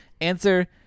Answer